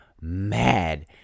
mad